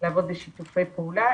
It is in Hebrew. לעבוד בשיתופי פעולה.